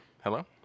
Hello